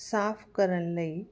ਸਾਫ ਕਰਨ ਲਈ